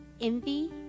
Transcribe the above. envy